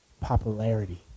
popularity